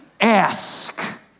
ask